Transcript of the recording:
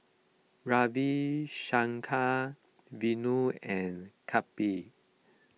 Ravi Shankar Vanu and Kapil